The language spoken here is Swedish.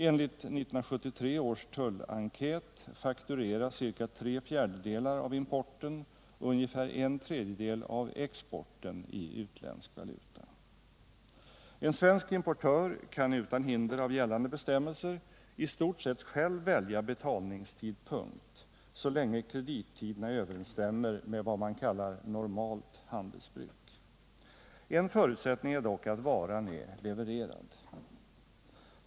Enligt 1973 års tullenkät faktureras ca tre fjärdedelar av importen och ungefär en tredjedel av exporten i utländsk valuta. En svensk importör kan utan hinder av gällande bestämmelser i stort sett själv välja tidpunkt för betalning så länge kredittiderna överensstämmer med vad man kallar ”normalt handelsbruk”. En förutsättning är dock att varan är levererad.